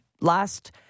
last